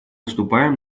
вступаем